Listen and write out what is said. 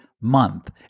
month